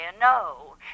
no